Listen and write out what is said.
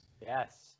Yes